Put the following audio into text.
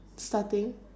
starting